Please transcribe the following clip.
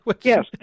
Yes